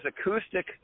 acoustic